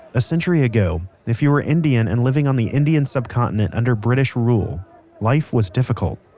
a century ago if you were indian and living on the indian subcontinent under british rule life was difficult.